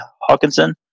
Hawkinson